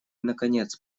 наконец